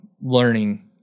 learning